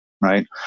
right